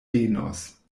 venos